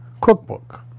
cookbook